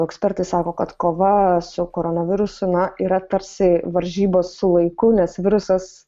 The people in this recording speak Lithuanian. ekspertai sako kad kova su koronavirusu na yra tarsi varžybos su laiku nes virusas